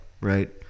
Right